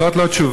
זאת לא תשובה.